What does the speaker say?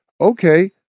Okay